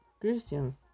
Christians